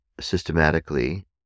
systematically